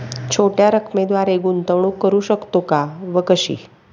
छोट्या रकमेद्वारे गुंतवणूक करू शकतो का व कशी?